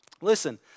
Listen